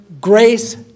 grace